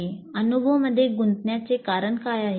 'अनुभव' मध्ये गुंतण्याचे कारण काय आहे